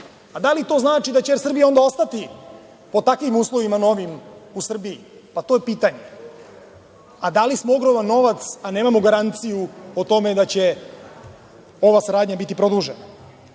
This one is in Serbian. Da li to znači da će „Er Srbija“ onda ostati po takvim uslovima na ovim u Srbiji? Pa to je pitanje. A da li smo ogroman novac, a nemamo garanciju o tome da će ova saradnja biti produžena. Ne